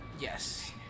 Yes